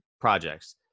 projects